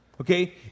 Okay